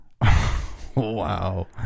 Wow